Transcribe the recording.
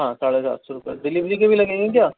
ہاں ساڑے سات سو روپے ڈیلیوری کے بھی لگیں گے کیا